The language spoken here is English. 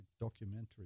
documentary